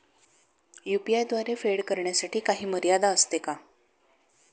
UPI द्वारे फेड करण्यासाठी काही मर्यादा असते का?